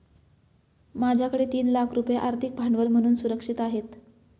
माझ्याकडे तीन लाख रुपये आर्थिक भांडवल म्हणून सुरक्षित आहेत